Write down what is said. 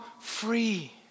free